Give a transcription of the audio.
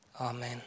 amen